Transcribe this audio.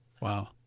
Wow